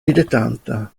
ridetanta